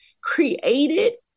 created